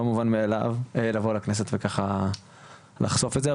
לא מובן מאליו לבוא לכנסת וככה לחשוף את זה.